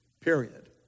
period